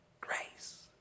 grace